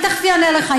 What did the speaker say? אני תכף אענה לך,